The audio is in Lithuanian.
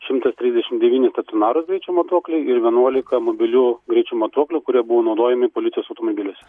šimtas trisdešimt devyni stacionarūs greičio matuokliai ir vienuolika mobilių greičio matuoklių kurie buvo naudojami policijos automobiliuose